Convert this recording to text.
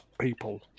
people